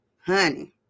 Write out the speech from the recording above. honey